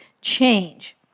change